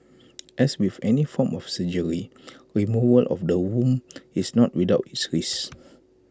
as with any form of surgery removal of the womb is not without its risks